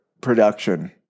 production